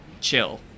chill